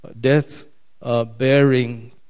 death-bearing